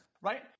right